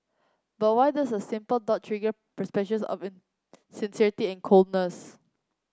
but why does a simple dot trigger perceptions of insincerity and coldness